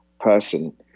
person